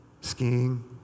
skiing